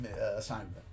assignment